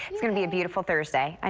it's going to be a beautiful thursday. and